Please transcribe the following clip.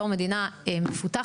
בתור מדינה מפותחת,